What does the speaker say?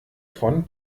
von